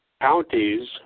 counties